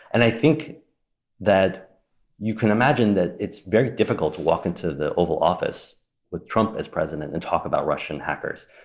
and i think that you can imagine that it's very difficult to walk into the oval office with trump as president and talk about russian hackers.